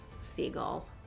seagull